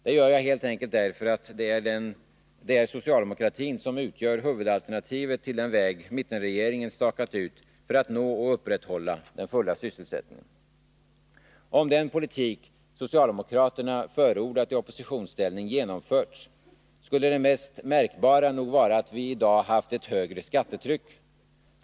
Det gör jag helt enkelt därför att det är socialdemokratin som utgör huvudalternativet till den väg mittenregeringen stakat ut för att nå och upprätthålla den fulla sysselsättningen. Om den politik socialdemokraterna förordat i oppositionsställning genomförts, skulle det mest märkbara nog vara att vi i dag haft ett högre skattetryck.